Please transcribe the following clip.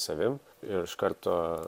savim ir iš karto